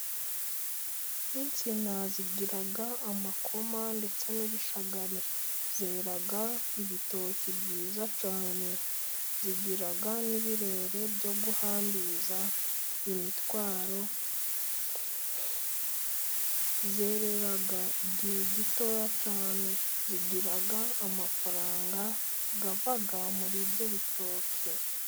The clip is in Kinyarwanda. Insina zigira amakoma ndetse n'ibishagari, zera ibitoki byiza cyane zigira n'ibirere byo guhambiriza imitwaro, zerera igihe gitoya cyane zigira amafaranga ava muri ibyo bitoki.